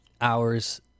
hours